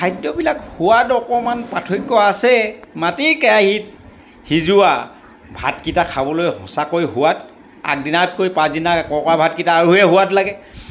খাদ্যবিলাক সোৱাদ অকণমান পাৰ্থক্য আছে মাটিৰ কেৰাহীত সিজোৱা ভাতকেইটা খাবলৈ সঁচাকৈ সোৱাদ আগদিনাতকৈ পাছদিনা কৰ্কৰা ভাতকেইটা আৰুহে সোৱাদ লাগে